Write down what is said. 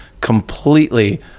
completely